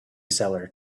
seller